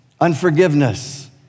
unforgiveness